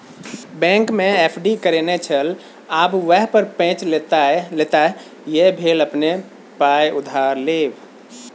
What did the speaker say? बैंकमे एफ.डी करेने छल आब वैह पर पैंच लेताह यैह भेल अपने पाय उधार लेब